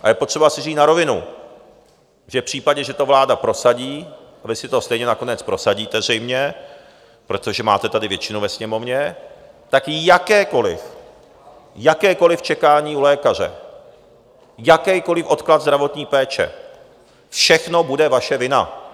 A je potřeba si říct na rovinu, že v případě, že to vláda prosadí a vy si to stejně nakonec prosadíte zřejmě, protože máte tady většinu ve Sněmovně tak jakékoliv, jakékoliv čekání u lékaře, jakýkoliv odklad zdravotní péče, všechno bude vaše vina.